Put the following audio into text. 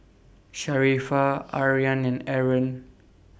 Sharifah Aryan and Aaron